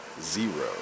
zero